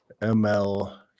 ML